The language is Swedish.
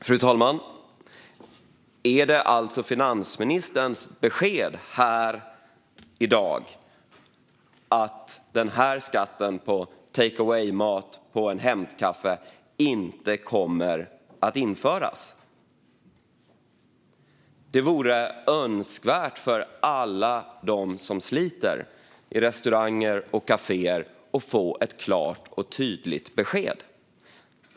Fru talman! Är det alltså finansministerns besked här i dag att skatten på takeaway-mat och hämtkaffe inte kommer att införas? Det vore önskvärt för alla dem som sliter i restauranger och kaféer att få ett klart och tydligt besked.